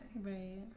Right